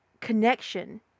connection